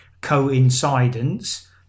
coincidence